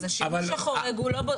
אז השימוש החורג הוא לא,